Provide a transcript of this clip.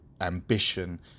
ambition